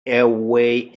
away